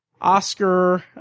Oscar